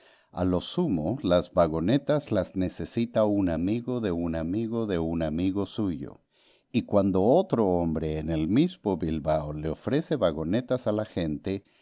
a lo sumo las vagonetas las necesita un amigo de un amigo de un amigo suyo y cuando otro hombre en el mismo bilbao le ofrece vagonetas a la gente